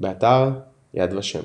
באתר "יד ושם"